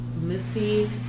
Missy